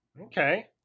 Okay